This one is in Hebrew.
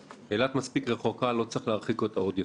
אילת מספיק רחוקה, לא צריך להרחיק אותה עוד יותר.